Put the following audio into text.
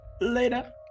later